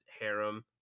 harem